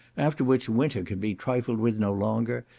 after which winter can be trifled with no longer,